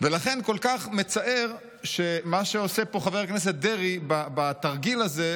לכן כל כך מצער שמה שעושה פה חבר הכנסת דרעי בתרגיל הזה,